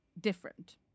different